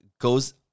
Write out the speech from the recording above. goes